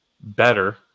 better